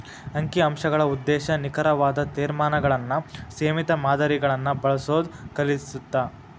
ಅಂಕಿ ಅಂಶಗಳ ಉದ್ದೇಶ ನಿಖರವಾದ ತೇರ್ಮಾನಗಳನ್ನ ಸೇಮಿತ ಮಾದರಿಗಳನ್ನ ಬಳಸೋದ್ ಕಲಿಸತ್ತ